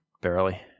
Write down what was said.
Barely